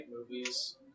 movies